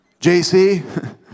jc